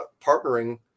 partnering